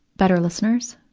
better listeners,